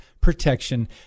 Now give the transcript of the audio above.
protection